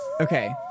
Okay